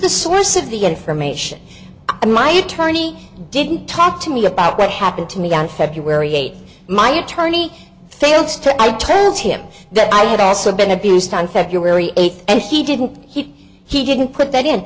the source of the information in my attorney didn't talk to me about what happened to me on february eighth my attorney failed to i told him that i had also been abused on february eighth and he didn't he he didn't put that in